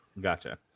Gotcha